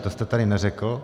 To jste tady neřekl.